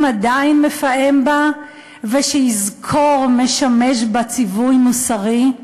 עדיין מפעם בה וש"יזכור" משמש בה ציווי מוסרי,